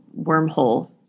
wormhole